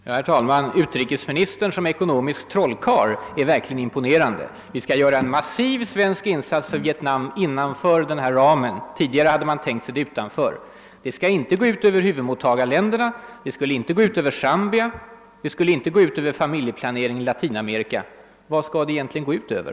Herr talman! Utrikesministern som ekonomisk trollkarl är verkligen imponerande! Vi skall göra en massiv svensk insats för Vietnam innanför denna ram; tidigare hade man tänkt sig den utanför. Den skall inte gå ut över huvudmottagarländerna, inte över Zambia och inte heller över familjeplaneringen i Latinamerika. Vad skall den egentligen gå ut över?